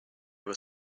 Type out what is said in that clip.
were